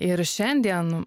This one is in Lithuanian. ir šiandien